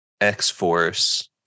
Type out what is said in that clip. X-Force